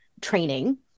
training